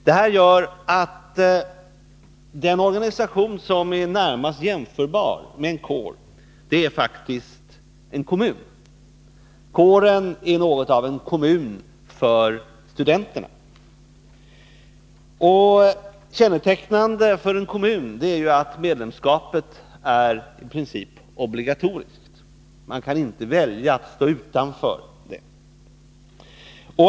Detta gör att den organisation som är närmast jämförbar med en kår faktiskt är en kommun. Kåren är något av en kommun för studenterna. Kännetecknande för en kommun är ju att medlemskapet är i princip obligatoriskt — man kan inte välja att stå utanför den.